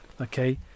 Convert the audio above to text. okay